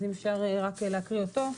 אז אם אפשר רק להקריא אותו.